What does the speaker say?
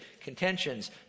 contentions